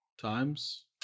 times